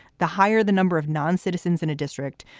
the higher the number of noncitizens in a district,